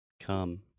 Come